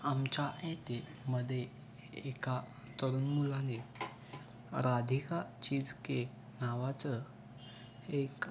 आमच्या येथे मधे एका तरुण मुलाने राधिका चीज केक नावाचं एक